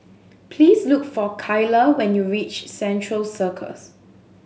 please look for Keila when you reach Central Circus